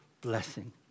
blessing